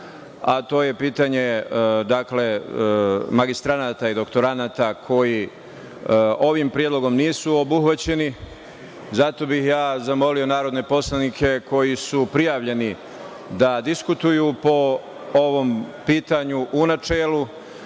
a to je pitanje, dakle, magistranata i doktoranata koji ovim predlogom nisu obuhvaćeni, zato bih zamolio narodne poslanike koji su prijavljeni da diskutuju po ovom pitanju u načelu,